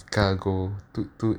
car go toot toot